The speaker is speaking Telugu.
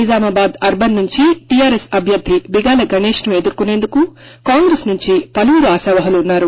నిజామాబాద్ అర్బన్ నుండి టిఆర్ఎస్ అభ్యర్థి బిగాల గణేష్ ను ఎదుర్కోనేందుకు కాంగ్రెస్ నుంచి పలువురు ఆశావహులు ఉన్నారు